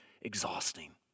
exhausting